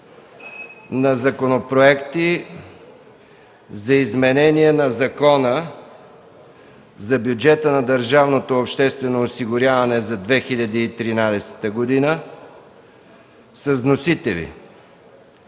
законопроекти за изменение на Закона за бюджета на държавното обществено осигуряване за 2013 г., № 354-01-3,